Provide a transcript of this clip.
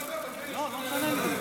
תדבר במקומי.